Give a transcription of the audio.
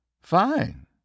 Fine